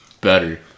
better